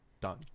done